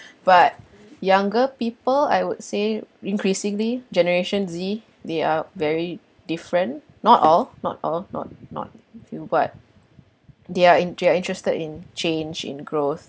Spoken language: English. but younger people I would say increasingly generation Z they are very different not all not all not not few but they're in they're interested in change in growth